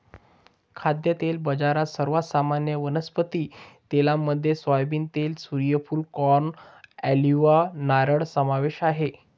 खाद्यतेल बाजारात, सर्वात सामान्य वनस्पती तेलांमध्ये सोयाबीन तेल, सूर्यफूल, कॉर्न, ऑलिव्ह, नारळ समावेश आहे